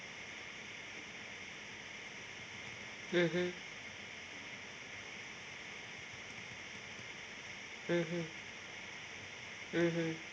mmhmm mmhmm mmhmm